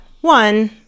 One